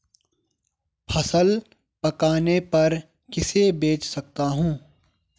फसल पकने पर किसे बेच सकता हूँ?